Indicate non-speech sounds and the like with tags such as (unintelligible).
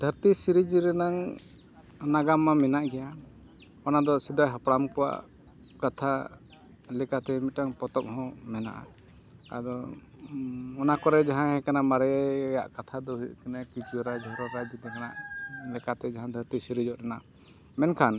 ᱫᱷᱟᱹᱨᱛᱤ ᱥᱤᱨᱤᱡᱽ ᱨᱮᱱᱟᱜ ᱱᱟᱜᱟᱢ ᱢᱟ ᱢᱮᱱᱟᱜ ᱜᱮᱭᱟ ᱚᱱᱟ ᱫᱚ ᱥᱮᱫᱟᱭ ᱦᱟᱯᱲᱟᱢ ᱠᱚᱣᱟᱜ ᱠᱟᱛᱷᱟ ᱞᱮᱠᱟᱛᱮ ᱢᱤᱫᱴᱟᱝ ᱯᱚᱛᱚᱵ ᱦᱚᱸ ᱢᱮᱱᱟᱜᱼᱟ ᱟᱫᱚ ᱚᱱᱟ ᱠᱚᱨᱮ ᱡᱟᱦᱟᱸ ᱜᱮ ᱠᱟᱱᱟ ᱢᱟᱨᱮᱭᱟᱜ ᱠᱟᱛᱷᱟ ᱫᱚ ᱦᱩᱭᱩᱜ ᱠᱟᱱᱟ ᱠᱤᱪᱩᱣᱟᱹ ᱨᱟᱡᱽ ᱦᱚᱨᱚ ᱨᱟᱡᱽ (unintelligible) ᱞᱮᱠᱟᱛᱮ ᱡᱟᱦᱟᱸ ᱫᱷᱟᱹᱨᱛᱤ ᱥᱤᱨᱚᱡᱚᱱ ᱨᱮᱱᱟᱜ ᱢᱮᱱᱠᱷᱟᱱ